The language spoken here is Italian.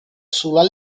sulla